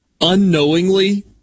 unknowingly